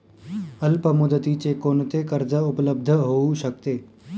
अल्पमुदतीचे कोणते कर्ज उपलब्ध होऊ शकते?